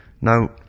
Now